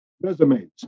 resumes